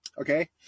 okay